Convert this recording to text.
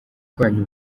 irwanya